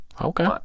Okay